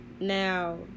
Now